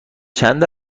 چند